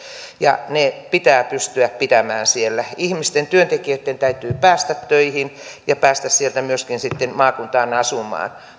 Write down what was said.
ja ne pitää pystyä pitämään siellä työntekijöitten täytyy päästä töihin ja päästä sieltä myöskin sitten maakuntaan asumaan